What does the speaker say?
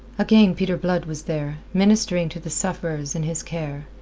again peter blood was there, ministering to the sufferers in his care,